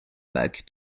back